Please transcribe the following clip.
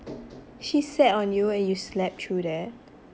she sat on you and you slept through that